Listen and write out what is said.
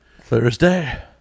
Thursday